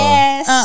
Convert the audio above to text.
Yes